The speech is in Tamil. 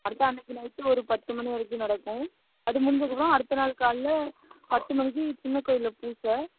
அடுத்து அன்றைக்கி நைட்டு ஒரு பத்து மணி வரைக்கும் நடக்கும் அது முடிஞ்சதுக்கப்புறம் அடுத்த நாள் காலைல பத்து மணிக்கு சின்ன கோயிலில் பூசை